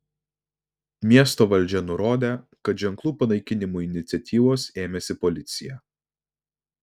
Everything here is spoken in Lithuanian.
miesto valdžia nurodė kad ženklų panaikinimo iniciatyvos ėmėsi policija